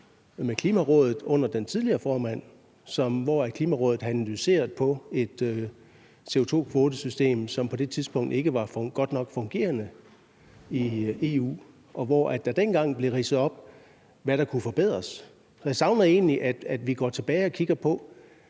med Klimarådet under den tidligere formand, hvor Klimarådet har analyseret på et CO2-kvotesystem, som på det tidspunkt ikke var godt nok fungerende i EU, og hvor det dengang blev ridset op, hvad der kunne forbedres. Jeg savner egentlig, at vi går tilbage og kigger på,